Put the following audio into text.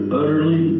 utterly